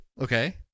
Okay